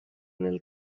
nel